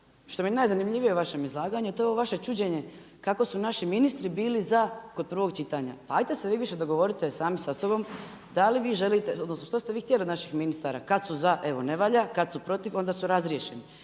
što mi je najzanimljivije u vašem izlaganju je to ovo vaše čuđenje kako su naši ministri bili za kod prvog čitanja, pa ajde se vi više dogovorite sami sa sobom, da li vi želite, odnosno što ste vi htjeli od naših ministara, kad su za evo ne valja, kad su protiv onda su razriješeni.